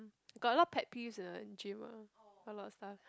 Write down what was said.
got a lot of pack pieces you know in gym ah a lot of stuff